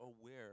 aware